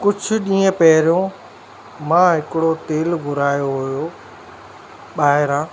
कुझु ॾींहं पहिरियों मां हिकिड़ो तेलु घुरायो हुओ ॿाहिरां